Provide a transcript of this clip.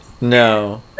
No